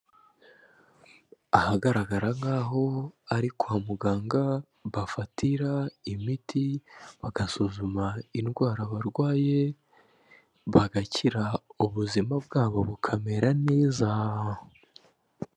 Ahagaragara nk'aho ari kwa muganga bafatira imiti, bagasuzuma indwara barwaye bagakira. Ubuzima bwabo bukamera neza.